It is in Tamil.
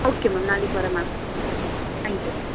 ஓகே மேம் நாளைக்கு வரேன் மேம் தேங்க் யூ